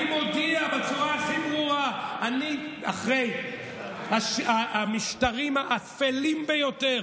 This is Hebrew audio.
אני מודיע בצורה הכי ברורה: אחרי המשטרים האפלים ביותר